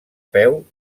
peu